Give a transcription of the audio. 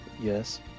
Yes